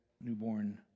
newborn